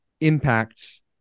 impacts